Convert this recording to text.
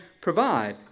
provide